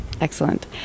Excellent